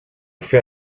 fait